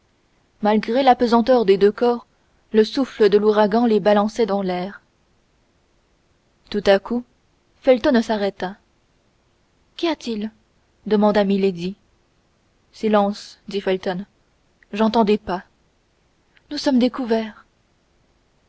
malgré la pesanteur des deux corps le souffle de l'ouragan les balançait dans l'air tout à coup felton s'arrêta qu'y a-t-il demanda milady silence dit felton j'entends des pas nous sommes découverts